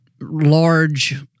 large